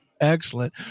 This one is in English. Excellent